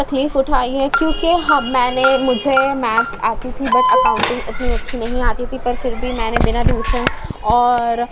تکلیف اُٹھائی ہے کیونکہ ہم میں نے مجھے میتھس آتی تھی بٹ اکاؤنٹنگ اتنی اچھی نہیں آتی تھی پر پھر بھی میں نے بنا ٹیوشن اور